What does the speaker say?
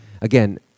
Again